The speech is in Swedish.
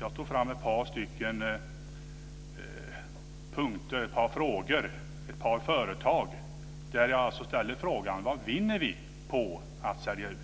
Jag tog fram ett par punkter, ett par frågor, ett par företag. Jag ställer alltså frågan: Vad vinner vi på att sälja ut?